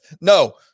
No